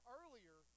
earlier